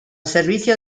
servicio